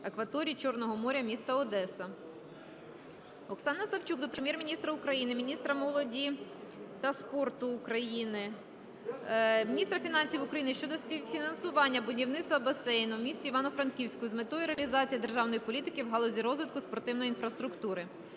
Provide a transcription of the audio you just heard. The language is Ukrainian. Оксани Савчук до Прем'єр-міністра України, міністра молоді та спорту України, міністра фінансів України щодо співфінансування будівництва басейну в місті Івано-Франківську з метою реалізації державної політики в галузі розвитку спортивної інфраструктури.